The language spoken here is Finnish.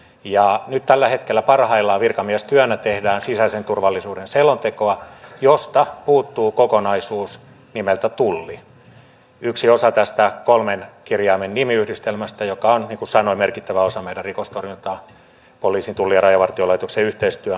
ja nyt tällä hetkellä parhaillaan virkamiestyönä tehdään sisäisen turvallisuuden selontekoa josta puuttuu kokonaisuus nimeltä tulli yksi osa tästä kolmen kirjaimen nimiyhdistelmästä joka on niin kuin sanoin merkittävä osa meidän rikostorjuntaamme siis tämä poliisin tullin ja rajavartiolaitoksen yhteistyö